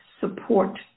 support